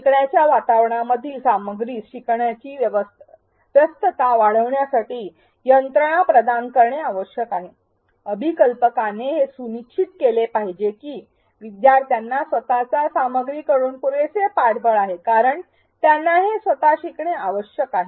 शिकण्याच्या वातावरणामधील सामग्रीस शिकणाऱ्याची व्यस्तता वाढविण्यासाठी यंत्रणा प्रदान करणे आवश्यक आहे अभिकल्पकाने हे सुनिश्चित केले पाहिजे की विद्यार्थ्यांना स्वतःच सामग्रीकडून पुरेसे पाठबळ आहे कारण त्यांना हे स्वतः शिकणे आवश्यक आहे